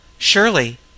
Surely